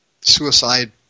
Suicide